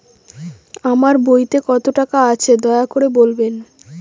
আমার বইতে কত টাকা আছে দয়া করে বলবেন?